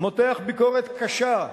מותח ביקורת קשה,